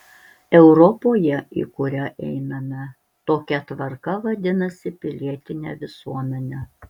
europoje į kurią einame tokia tvarka vadinasi pilietine visuomene